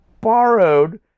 borrowed